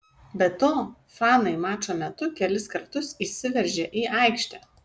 be to fanai mačo metu kelis kartus įsiveržė į aikštę